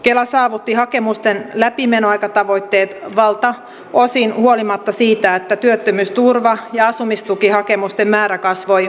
kela saavutti hakemusten läpimenoaikatavoitteet valtaosin huolimatta siitä että työttömyysturva ja asumistukihakemusten määrä kasvoi huomattavasti